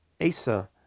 Asa